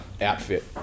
outfit